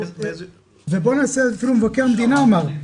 ואפילו מבקר המדינה אמר,